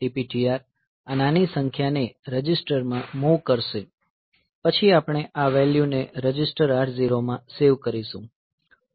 MOVX ADPTR આ નાની સંખ્યાને રજિસ્ટર માં મૂવ કરશે પછી આપણે આ વેલ્યુ ને રજિસ્ટર R0 માં સેવ કરીશું